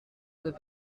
deux